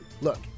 Look